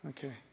Okay